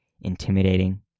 intimidating